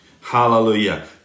Hallelujah